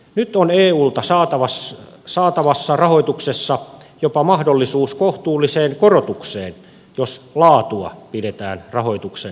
nyt on eulta saatavassa rahoituksessa jopa mahdollisuus kohtuulliseen korotukseen jos laatua pidetään rahoituksen perusteena